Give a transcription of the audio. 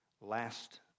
last